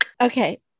okay